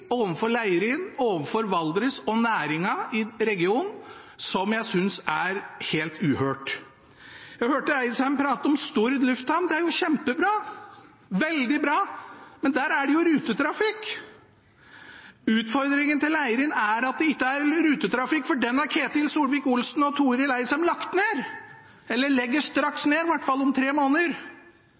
overfor Leirin, overfor Valdres og næringen i regionen, som jeg synes er helt uhørt. Jeg hørte representanten Eidsheim prate om Stord lufthamn – det er kjempebra, veldig bra, men der er det jo rutetrafikk. Utfordringen til Leirin er at det ikke er rutetrafikk, for den har Ketil Solvik-Olsen og Torill Eidsheim lagt ned – eller legger straks ned i hvert fall, om tre måneder.